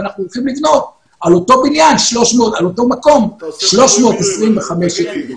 ואנחנו רוצים לבנות על אותו מקום 325 יחידות.